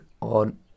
on